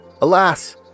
Alas